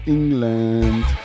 England